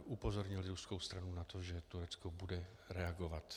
Upozornili ruskou stranu na to, že Turecko bude reagovat.